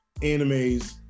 animes